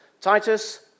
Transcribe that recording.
Titus